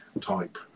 type